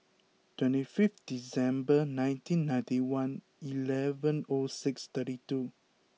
twenty five December nineteen ninety one eleven O six thirty two